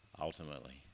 ultimately